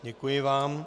Děkuji vám.